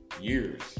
years